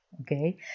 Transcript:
Okay